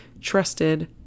trusted